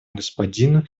господину